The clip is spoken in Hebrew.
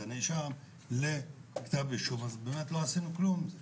הנאשם לכתב אישום אז לא עשינו כלום.